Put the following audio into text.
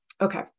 Okay